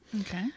Okay